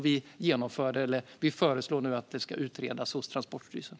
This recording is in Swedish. Vi föreslår nu att det ska utredas hos Transportstyrelsen.